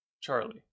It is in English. charlie